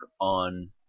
on